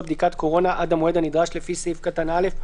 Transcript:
בדיקת קורונה עד המועד הנדרש לפי סעיף קטן (א),